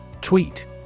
Tweet